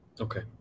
Okay